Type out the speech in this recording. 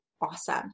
awesome